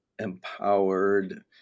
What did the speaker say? empowered